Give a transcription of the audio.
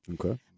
okay